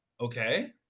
Okay